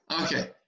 Okay